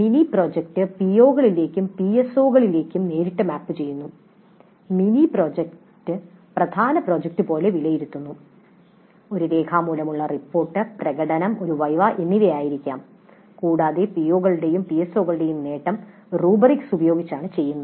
mini project പിഒകളിലേക്കും പിഎസ്ഒകളിലേക്കും നേരിട്ട് മാപ്പുചെയ്യുന്നു മിനി പ്രോജക്റ്റ് പ്രധാന പ്രോജക്റ്റ് പോലെ വിലയിരുത്തുന്നു ഒരു രേഖാമൂലമുള്ള റിപ്പോർട്ട് പ്രകടനം ഒരു വിവ എന്നിവയായിരിക്കാം കൂടാതെ പിഒകളുടെയും പിഎസ്ഒകളുടെയും നേട്ടം റുബ്രിക്സ് ഉപയോഗിച്ചാണ് ചെയ്യുന്നത്